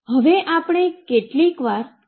હવે આપણે કેટલીકવાર તેનુ કમ્બાઈન કરીએ છીએ